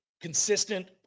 consistent